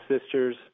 sisters